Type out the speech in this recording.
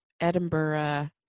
edinburgh